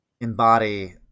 embody